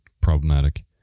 problematic